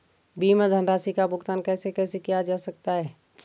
बीमा धनराशि का भुगतान कैसे कैसे किया जा सकता है?